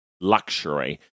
Luxury